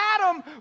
Adam